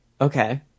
Okay